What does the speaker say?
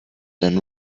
than